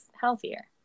healthier